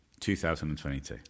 2022